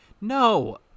no